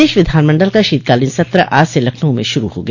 प्रदेश विधानमंडल का शीतकालीन सत्र आज से लखनऊ में शुरू हो गया